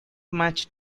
much